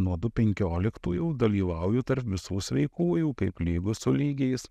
nuo du penkioliktųjų dalyvauju tarp visų sveikųjų kaip lygus su lygiais